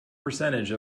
percentage